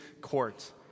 court